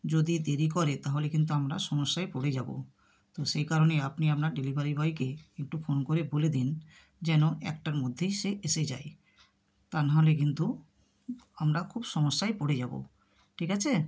যদি দেরি করে তাহলে কিন্তু আমরা সমস্যায় পড়ে যাব তো সেই কারণে আপনি আপনার ডেলিভারি বয়কে একটু ফোন করে বলে দিন যেন একটার মধ্যেই সে এসে যায় তা নাহলে কিন্তু আমরা খুব সমস্যায় পড়ে যাব ঠিক আছে